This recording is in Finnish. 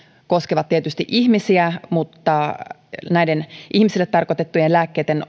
koskevat tietysti ihmisiä mutta näiden ihmisille tarkoitettujen lääkkeiden